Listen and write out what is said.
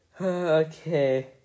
Okay